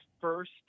first